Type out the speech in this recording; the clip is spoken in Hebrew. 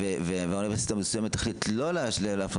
ואוניברסיטה מסוימת תחליט לא להפנות